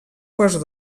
quarts